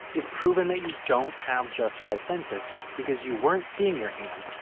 is proven that you don't have just five senses because you weren't seeing your hand,